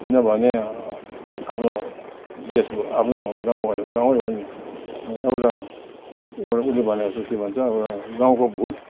किनभने आफ्नो देश आफ्नो गाउँ भनेको गाउँ हो नि एउटा एउटा उसले भनेको जस्तो के भन्छ गाउँको भुत